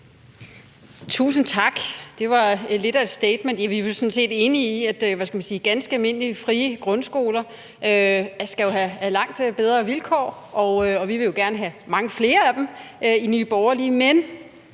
Tusind tak, det var lidt af et statement. Vi er sådan set enige i, at ganske almindelige frie grundskoler skal have langt bedre vilkår. Vi i Nye Borgerlige vil jo gerne have mange flere af dem – altså ikke